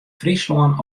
fryslân